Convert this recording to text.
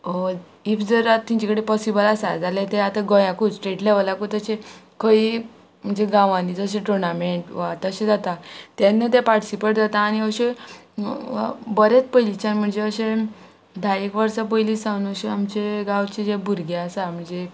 if जर आतां तिंचे कडेन पॉसिबल आसा जाल्यार ते आतां गोंयाकूच स्टेट लेवलाकूच अशें खंय म्हणजे गांवांनी जशें टुर्नामेंट वा तशें जाता तेन्ना ते पार्टिसिपेट जाता आनी अशें बरेंच पयलींच्यान म्हणजे अशें धायेक वर्सां पयली सावन अशें आमचे गांवचे जे भुरगे आसा म्हणजे